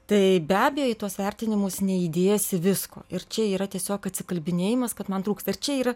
tai be abejo į tuos vertinimus neįdėsi visko ir čia yra tiesiog atsikalbinėjimas kad man trūksta čia yra